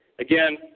Again